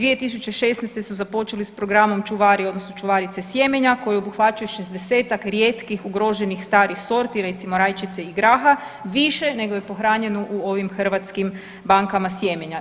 2016. su započeli s Programom čuvari odnosno čuvarice sjemenja koji obuhvaćaju 60-tak rijetkih ugroženih starih sorti, recimo rajčice i graha više nego je pohranjeno u ovim hrvatskim bankama sjemenja.